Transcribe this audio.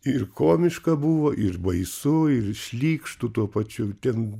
ir komiška buvo ir baisu ir šlykštu tuo pačiu ten